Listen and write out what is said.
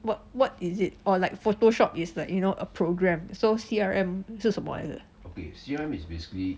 what what is it or like photoshop is like you know a program so C_R_M 是什么来的